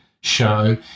show